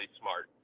smart